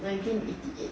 nineteen eighty eight